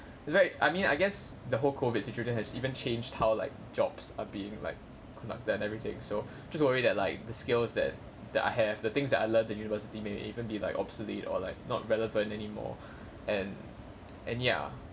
it's like I mean I guess the whole COVID situation has even changed how like jobs are being like conducted and everything so just worry that like the skills that that I have the things that I learnt in the university may even be like obsolete or like not relevant anymore and and ya